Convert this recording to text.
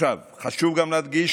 חשוב גם להדגיש,